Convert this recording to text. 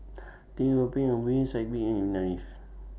Teo Ho Pin Aw Boon Sidek Bin and Life